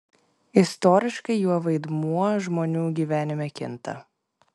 istoriškai jo vaidmuo žmonių gyvenime kinta